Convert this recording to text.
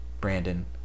Brandon